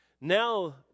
Now